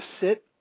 sit